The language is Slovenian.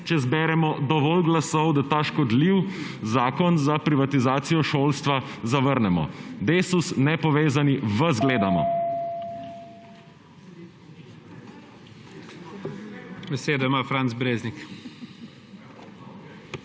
če zberemo dovolj glasov, da ta škodljivi zakon za privatizacijo šolstva zavrnemo. Desus, nepovezani, vas gledamo.